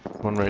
one